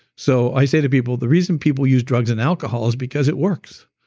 so i say to people, the reason people use drugs and alcohol is because it works.